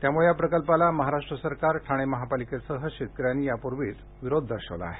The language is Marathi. याम्ळे या प्रकल्पाला महाराष्ट्र सरकार ठाणे महापालिकेसह शेतकऱ्यांनी यापूर्वीच विरोध दर्शविला आहे